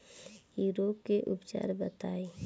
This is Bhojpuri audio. इ रोग के उपचार बताई?